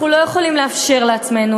אנחנו לא יכולים לאפשר לעצמנו,